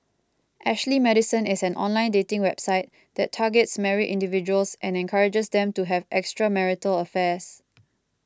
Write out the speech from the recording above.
Ashley Madison is an online dating website that targets married individuals and encourages them to have extramarital affairs